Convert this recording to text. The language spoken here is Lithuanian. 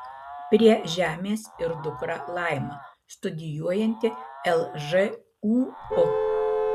prie žemės ir dukra laima studijuojanti lžūu